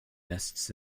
nests